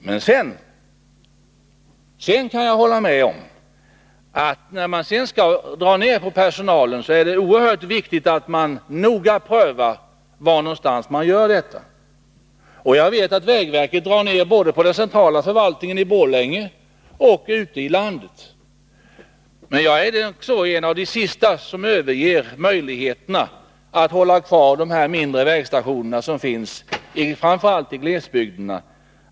Men jag kan hålla med om att när man skall dra ner på personalen är det oerhört viktigt att man noga prövar var någonstans man skall göra detta. Jag vet att vägverket dragit ner både på den centrala förvaltningen i Borlänge och på förvaltningen ute i landet. Jag är också en av de sista som överger möjligheterna att hålla kvar de mindre vägstationer som finns framför allt i glesbygden.